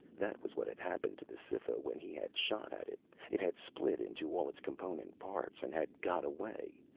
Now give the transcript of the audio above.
that was what had happened to the cytha when he had shot at it it had split into all its component parts and had got away.